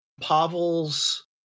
Pavel's